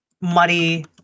muddy